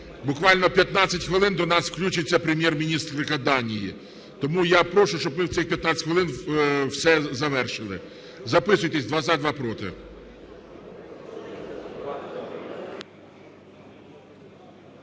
буквально 15 хвилин до нас включиться Прем'єр-міністерка Данії, тому я прошу, щоб ви в цих 15 хвилин все завершили. Записуйтесь: два – за два – проти.